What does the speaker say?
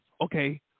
Okay